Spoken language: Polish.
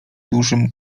dużym